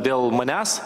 dėl manęs